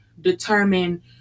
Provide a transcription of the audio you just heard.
determine